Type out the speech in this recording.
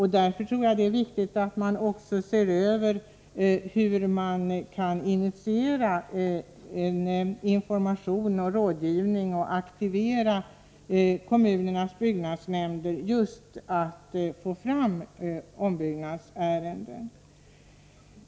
Därför tror jag att det är viktigt att se över hur man kan initiera information och rådgivning och aktivera kommunernas byggnadsnämnder just för att få fram ombyggnadsärenden.